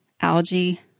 Algae